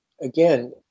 again